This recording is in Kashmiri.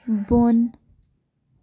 بۄن